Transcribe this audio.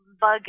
bug